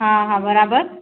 हा हा बराबरि